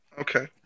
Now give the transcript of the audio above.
Okay